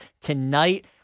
tonight